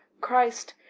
christ,